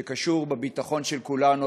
שקשור בביטחון של כולנו,